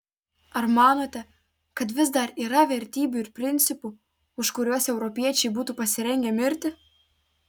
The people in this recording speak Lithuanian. ar manote kad vis dar yra vertybių ir principų už kuriuos europiečiai būtų pasirengę mirti